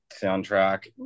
soundtrack